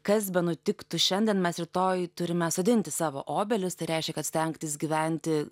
kas benutiktų šiandien mes rytoj turime sodinti savo obelis tai reiškia kad stengtis gyventi